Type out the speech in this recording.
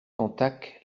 cantac